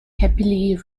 happily